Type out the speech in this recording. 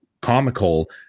comical